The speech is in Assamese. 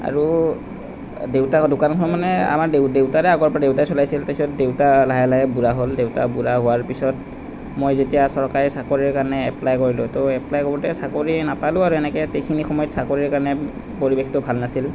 আৰু দেউতাৰ দোকানখন মানে আমাৰ দেউতাৰে আগতে দেউতাই চলাইছিল তাৰপাছত দেউতা লাহে লাহে বুঢ়া হ'ল দেউতা বুঢ়া হোৱাৰ পিছত মই যেতিয়া চৰকাৰী চাকৰিৰ কাৰণে এপ্লাই কৰিলোঁ তো এপ্লাই কৰোঁতে চাকৰি নাপালোঁ আৰু এনেকৈ সেইখিনি সময়ত চাকৰিৰ কাৰণে পৰিৱেশটো ভাল নাছিল